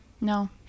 No